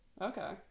okay